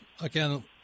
again